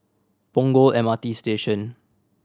Punggol M R T Station